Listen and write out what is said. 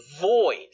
void